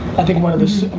i think one of the,